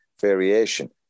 variation